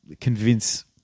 convince